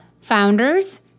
founders